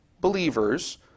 believers